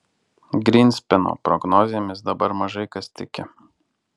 grynspeno prognozėmis dabar mažai kas tiki